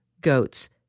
goats